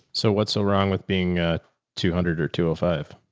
so what's so wrong with being a two hundred or two oh five